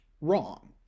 wrong